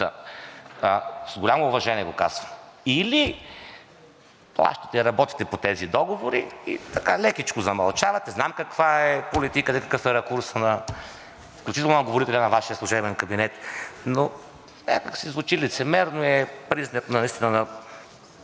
С голямо уважение го казвам: или плащате и работите по тези договори и лекичко замълчавате, знам каква е политиката, какъв е ракурсът, включително на говорителя на Вашия служебен кабинет, но някак си звучи лицемерно и е признак наистина на